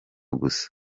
gusa